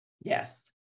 Yes